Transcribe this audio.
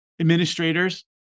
administrators